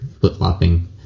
flip-flopping